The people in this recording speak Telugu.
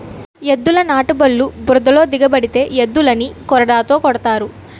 ఎద్దుల నాటుబల్లు బురదలో దిగబడితే ఎద్దులని కొరడాతో కొడతారు